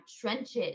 trenches